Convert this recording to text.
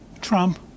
Trump